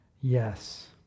yes